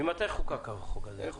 מתי חוקק החוק הזה?